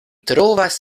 trovas